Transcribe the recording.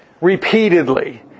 repeatedly